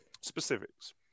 Specifics